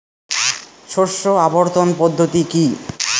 শস্য আবর্তন পদ্ধতি কি?